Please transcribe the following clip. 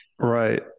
Right